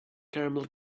caramel